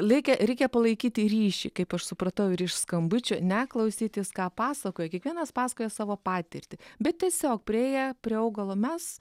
leikia reikia palaikyti ryšį kaip aš supratau ir iš skambučių ne klausytis ką pasakoja kiekvienas pasakoja savo patirtį bet tiesiog priėję prie augalo mes